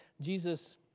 Jesus